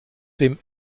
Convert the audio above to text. dem